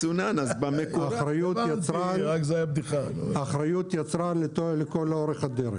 אחריות יצרן לכל אורך הדרך.